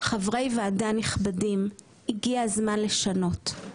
חברי ועדה נכבדים, הגיע הזמן לשנות.